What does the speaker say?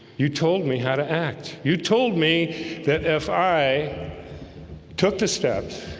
you told me how to act you told me that if i took the steps